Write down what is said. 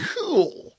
cool